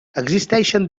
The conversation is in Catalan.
existeixen